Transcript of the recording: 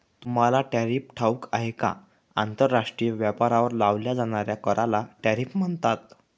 तुम्हाला टॅरिफ ठाऊक आहे का? आंतरराष्ट्रीय व्यापारावर लावल्या जाणाऱ्या कराला टॅरिफ म्हणतात